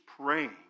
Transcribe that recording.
praying